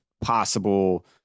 possible